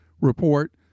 report